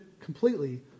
completely